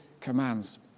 commands